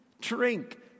drink